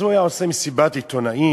אז הוא היה עושה מסיבת עיתונאים,